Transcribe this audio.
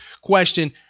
question